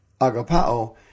agapao